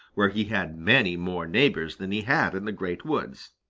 where he had many more neighbors than he had in the great woods.